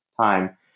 time